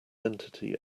entity